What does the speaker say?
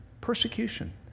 persecution